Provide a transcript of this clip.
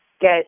get